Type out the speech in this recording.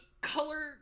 color